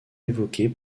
évoquée